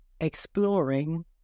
exploring